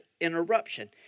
interruption